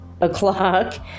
o'clock